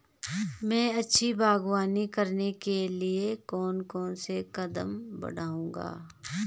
मैं अच्छी बागवानी करने के लिए कौन कौन से कदम बढ़ाऊंगा?